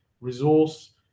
resource